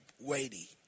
weighty